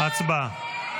הצבעה.